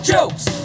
Jokes